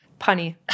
Punny